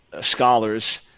scholars